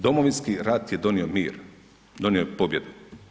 Domovinski rat je donio mir, donio je pobjedu.